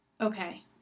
Okay